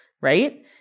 Right